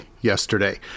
yesterday